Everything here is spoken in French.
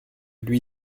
lui